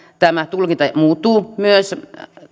tämä tulkinta muuttuu myös